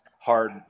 hard